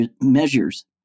measures